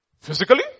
Physically